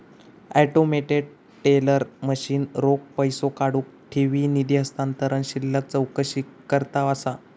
automated teller machine रोख पैसो काढुक, ठेवी, निधी हस्तांतरण, शिल्लक चौकशीकरता असा